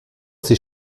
sie